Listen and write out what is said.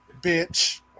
bitch